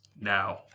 Now